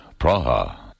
Praha